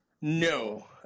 no